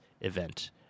event